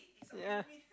ya